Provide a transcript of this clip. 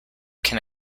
can